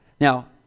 Now